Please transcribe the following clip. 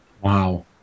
wow